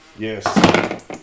Yes